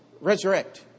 resurrect